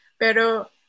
Pero